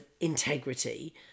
integrity